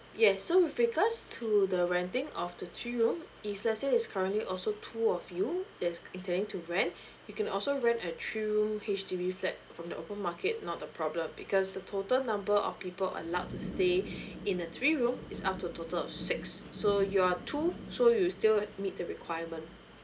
yes so with regards to the renting of the three room if let's say there's currently also two of you that is intending to rent you can also rent a three room H_D_B flat from the open market not a problem because the total number of people allowed to stay in a three room is up to a total of six so you're two so you still meet the requirement